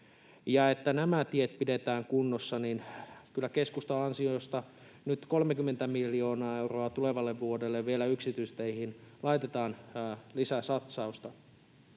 nämä tiet pidetään kunnossa. Kyllä keskustan ansiosta nyt 30 miljoonaa euroa tulevalle vuodelle vielä laitetaan lisäsatsausta